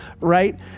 right